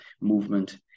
movement